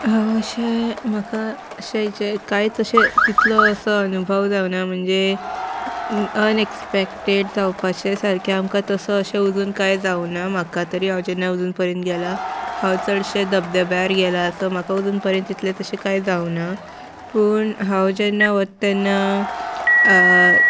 हांव अशें म्हाका अशें जे कांयच अशें तितलो असो अनुभव जावना म्हणजे अनएक्सपेक्टेड जावपाचें सारकें आमकां तसो अशें अजून कांय जावना म्हाका तरी हांव जेन्ना अजून पर्यंत गेलां हांव चडशें धबधब्यार गेलां सो म्हाका अजून परेन तितलें तशें कांय जावना पूण हांव जेन्ना वतां तेन्ना